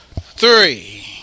three